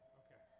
okay